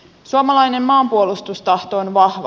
suomalainen maanpuolustustahto on vahva